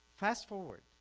fast forward,